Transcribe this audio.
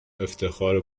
افتخار